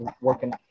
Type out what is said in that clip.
working